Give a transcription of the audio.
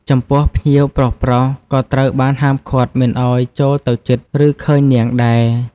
ចំពោះ ភ្ញៀវប្រុសៗ ក៏ត្រូវបានហាមឃាត់មិនឱ្យចូលទៅជិត ឬឃើញនាងដែរ។